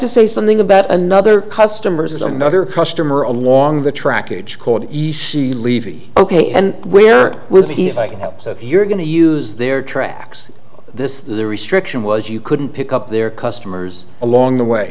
to say something about another customer says another customer along the trackage called e c levy ok and where was he thinking up so if you're going to use their tracks this is a restriction was you couldn't pick up their customers along the way